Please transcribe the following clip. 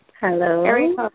hello